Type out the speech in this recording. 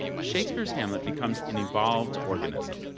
shakespeare's hamlet becomes an evolved organism,